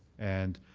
and